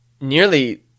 nearly